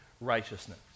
righteousness